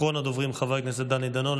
אחרון הדוברים, חבר הכנסת דני דנון.